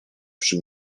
przy